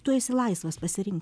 tu esi laisvas pasirink